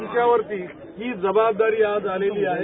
आमच्यावरती ही जबाबदारी आज आलेली आहे